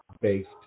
based